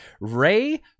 Ray